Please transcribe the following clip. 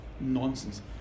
Nonsense